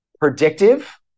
predictive